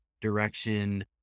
direction